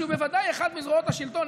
שהוא בוודאי אחת מזרועות השלטון,